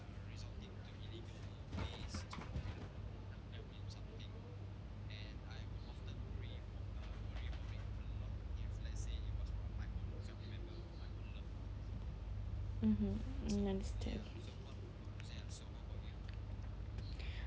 mmhmm understood